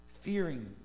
fearing